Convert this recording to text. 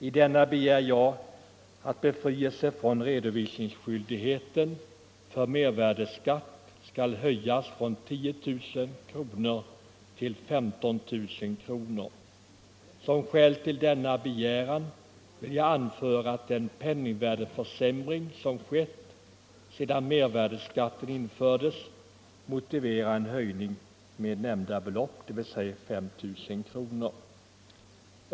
I denna begär jag att be frielse från redovisningsskyldigheten för mervärdeskatt skall höjas från 10 000 till 15000 kronor. Som skäl till denna begäran vill jag anföra att den penningvärdeförsämring som skett sedan mervärdeskatten infördes motiverar en höjning med 5 000 kronor.